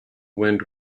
wind